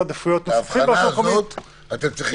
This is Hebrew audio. את ההבחנה הזאת אתם צריכים לעשות.